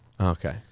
Okay